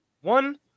one